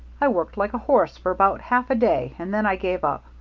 i worked like a horse for about half a day and then i gave up.